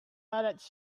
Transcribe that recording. ballads